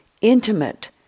intimate